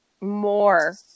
more